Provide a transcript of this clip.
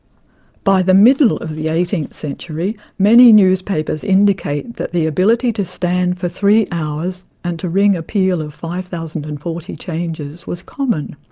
by the middle of the eighteenth century many newspapers indicate that the ability to stand for three hours and to ring a peal of five thousand and forty changes was common